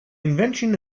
invention